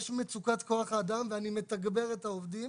יש מצוקת כוח אדם ואני מתגבר את העובדים